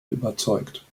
überzeugt